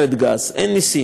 אני מתנצל,